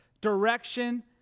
direction